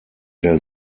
der